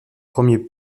premier